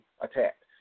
attacked